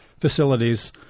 facilities